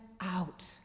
out